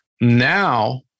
Now